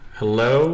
hello